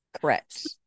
Correct